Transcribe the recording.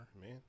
Man